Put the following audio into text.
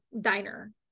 diner